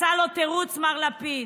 מצא לו תירוץ מר לפיד.